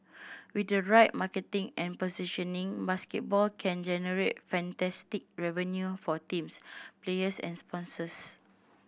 with the right marketing and positioning basketball can generate fantastic revenue for teams players and sponsors